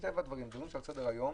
מטבע הדברים ככל שהדברים יותר על סדר היום